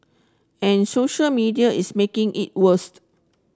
and social media is making it worse